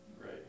Right